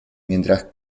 mientras